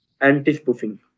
anti-spoofing